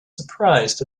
surprised